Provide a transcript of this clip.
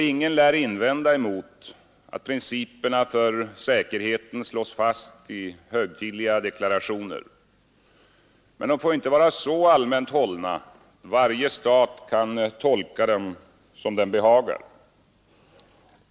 Ingen lär invända mot att principerna för säkerheten slås fast i högtidliga deklarationer. Men de får inte vara så allmänt hållna att varje stat kan tolka dem som den behagar.